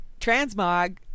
transmog